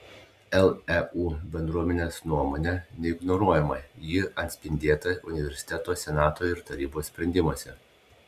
leu bendruomenės nuomonė neignoruojama ji atspindėta universiteto senato ir tarybos sprendimuose